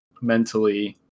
mentally